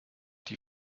die